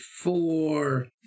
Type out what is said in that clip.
four